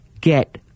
get